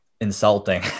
insulting